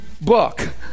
book